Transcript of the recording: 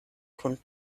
kun